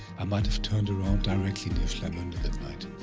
i might have turned around directly near schleimunde that night